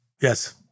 Yes